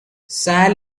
sal